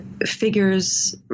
figures